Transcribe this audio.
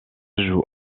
joue